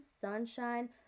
sunshine